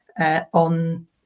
on